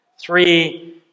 Three